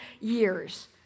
years